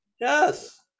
Yes